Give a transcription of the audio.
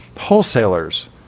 wholesalers